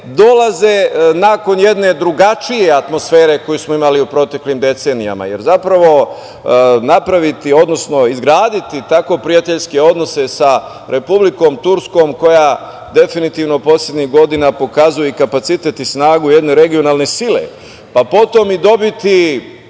dolaze nakon jedne drugačije atmosfere koju smo imali u proteklim decenijama, jer zapravo napraviti, odnosno izgraditi tako prijateljske odnose sa Republikom Turskom koja definitivno poslednjih godina pokazuje i kapacitet i snagu jedne regionalne sile, pa potom i dobiti